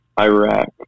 Iraq